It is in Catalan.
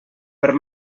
per